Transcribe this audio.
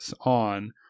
on